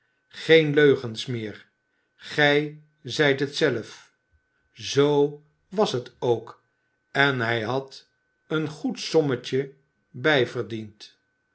geen leugens meer gij zijt het zelf zoo was het ook en hij had een goed sommetje bij verdiend